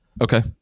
Okay